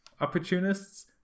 opportunists